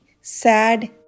sad